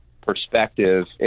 perspective